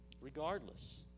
Regardless